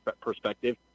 perspective